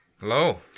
Hello